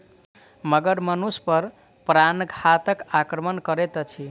मगर मनुष पर प्राणघातक आक्रमण करैत अछि